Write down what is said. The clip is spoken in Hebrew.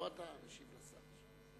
לא אתה משיב לשר.